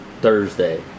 thursday